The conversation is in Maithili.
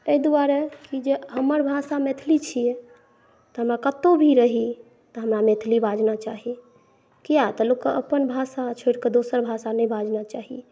एहि दुआरे जे हमर भाषा मैथिली छियै तऽ हमरा कतौ भी रही तऽ हमरा मैथिली बाजना चाही किया तऽ लोकक अपन भाषा छोड़िकऽ दोसर भाषा नहि बाजना चाही